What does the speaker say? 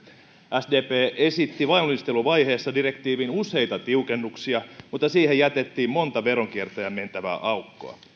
sdp esitti valmisteluvaiheessa direktiiviin useita tiukennuksia mutta siihen jätettiin monta veronkiertäjän mentävää aukkoa